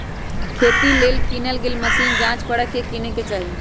खेती लेल किनल गेल मशीन जाच परख के किने चाहि